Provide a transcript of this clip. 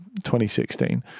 2016